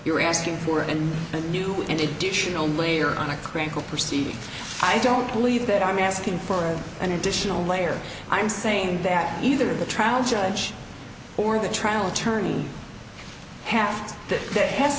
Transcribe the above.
you're asking for in a new and additional layer on a critical perceive i don't believe that i'm asking for an additional layer i'm saying that either the trial judge or the trial attorney have that